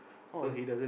oh there